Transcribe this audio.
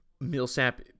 Millsap